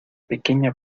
pequeña